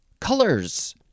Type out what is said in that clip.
Colors